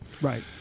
Right